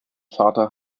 vater